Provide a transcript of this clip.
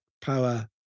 Power